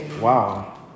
Wow